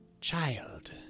Child